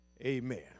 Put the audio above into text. Amen